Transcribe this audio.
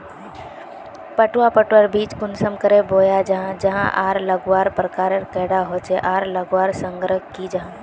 पटवा पटवार बीज कुंसम करे बोया जाहा जाहा आर लगवार प्रकारेर कैडा होचे आर लगवार संगकर की जाहा?